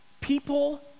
people